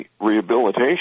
rehabilitation